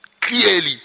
clearly